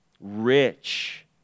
rich